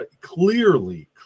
clearly